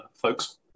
folks